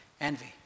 envy